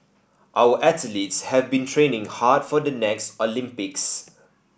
our athletes have been training hard for the next Olympics